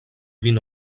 vin